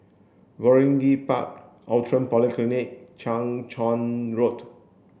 Waringin Park Outram Polyclinic Chang Charn Road